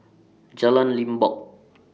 Jalan Limbok